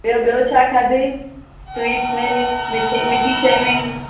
ॿियों ॿियों छा खाधई स्वीट्स में मिठी मिठी शइ में